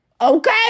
Okay